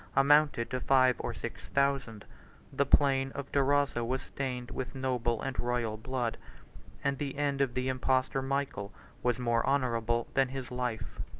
amounted to five or six thousand the plain of durazzo was stained with noble and royal blood and the end of the impostor michael was more honorable than his life.